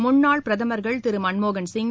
முன்னாள் பிரதமர்கள் திரு மன்மோகன் சிங்